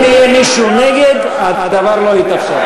אם יהיה מישהו נגד, הדבר לא יתאפשר.